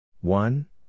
one